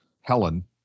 Helen